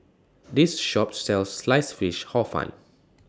This Shop sells Sliced Fish Hor Fun